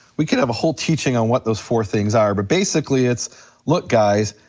we could have a whole teaching on what those four things are but basically it's look guys,